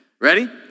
Ready